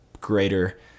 greater